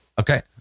okay